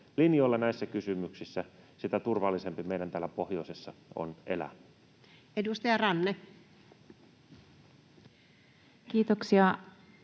linjoilla näissä kysymyksissä, sitä turvallisempi meidän täällä pohjoisessa on elää. [Speech 27] Speaker: